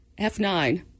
F9